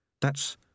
That's